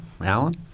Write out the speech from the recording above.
Alan